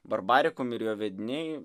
barbarikum ir jo vediniai